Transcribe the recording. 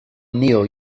neil